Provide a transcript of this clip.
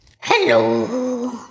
Hello